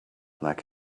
like